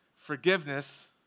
Forgiveness